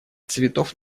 цветов